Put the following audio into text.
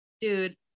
dude